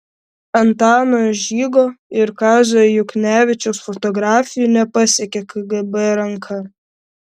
antano žygo ir kazio juknevičiaus fotografijų nepasiekė kgb ranka